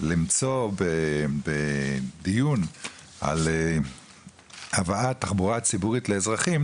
למצוא בדיון על הבאת תחבורה ציבורית לאזרחים,